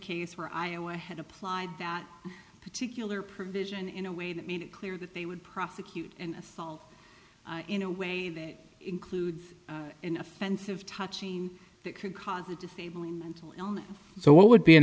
case where iowa had applied that particular provision in a way that made it clear that they would prosecute and assault in a way that includes an offensive touching that could cause a defaming mental illness so what would be an